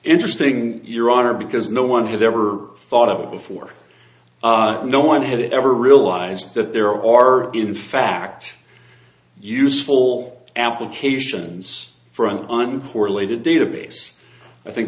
interesting your honor because no one has ever thought of it before no one has ever realized that there are in fact useful applications from the un for related database i think